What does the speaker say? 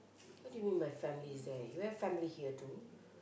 what do you mean my families there you have family here too